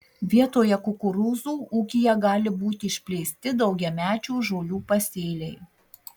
vietoje kukurūzų ūkyje gali būti išplėsti daugiamečių žolių pasėliai